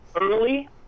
early